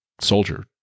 soldier